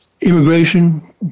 immigration